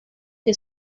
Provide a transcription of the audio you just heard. que